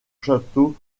château